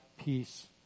peace